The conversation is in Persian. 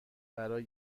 برای